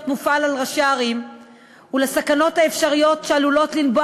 מופעל על ראשי ערים ולסכנות האפשריות שעלולות לנבוע